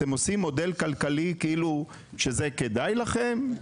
אתם עושים מודל כלכלי שזה כדאי לכם?